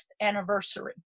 anniversary